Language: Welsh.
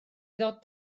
ddod